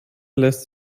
lässt